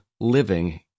living